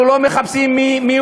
אנחנו לא מחפשים מי